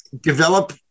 develop